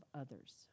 others